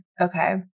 Okay